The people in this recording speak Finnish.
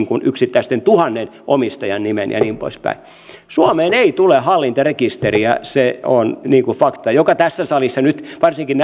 yksittäisten tuhannen omistajan nimeen ja niin poispäin suomeen ei tule hallintarekisteriä se on fakta jonka tässä salissa nyt varsinkin